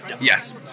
Yes